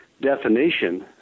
definition